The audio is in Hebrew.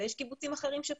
ויש קיבוצים אחרים שפחות.